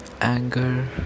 anger